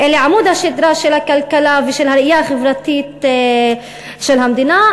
אלה עמוד השדרה של הכלכלה ושל הראייה החברתית של המדינה,